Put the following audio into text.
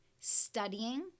studying